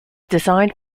designed